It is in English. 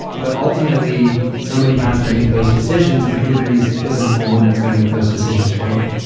but, ultimately, somebody has to make those decisions, and kubernetes isn't the one that's going to make those decisions for you.